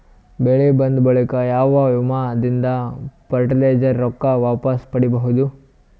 ಬೆಳಿ ಬಂದ ಬಳಿಕ ಯಾವ ವಿಮಾ ದಿಂದ ಫರಟಿಲೈಜರ ರೊಕ್ಕ ವಾಪಸ್ ಪಡಿಬಹುದು?